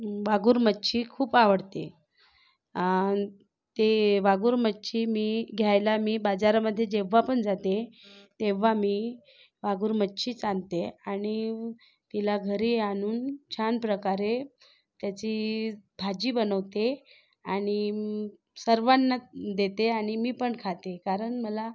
भागुर मच्छी खूप आवडते ते भागुर मच्छी मी घ्यायला मी बाजारामध्ये जेव्हापण जाते तेव्हा मी भागुर मच्छीच आणते आणि तिला घरी आणून छान प्रकारे त्याची भाजी बनवते आणि सर्वांना देते आणि मी पण खाते कारण मला